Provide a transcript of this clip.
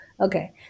Okay